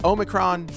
Omicron